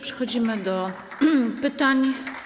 Przechodzimy do pytań.